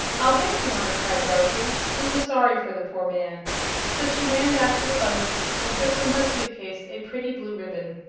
i'll get you one! cried dorothy, who was sorry for the poor man so she ran back to the buggy and took from her suit-case a pretty blue ribbon.